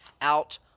out